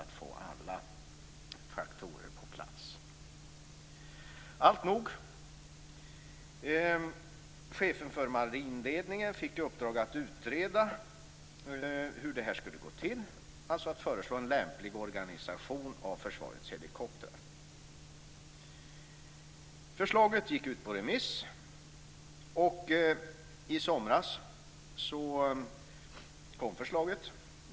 Det går inte att få alla faktorer på plats. Alltnog, chefen för marinledningen fick i uppdrag att utreda hur det här skulle gå till, alltså att föreslå en lämplig organisation av försvarets helikoptrar. Förslaget gick ut på remiss och i somras presenterades det färdiga förslaget.